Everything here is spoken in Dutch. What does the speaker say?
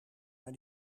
naar